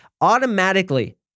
Automatically